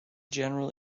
general